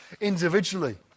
individually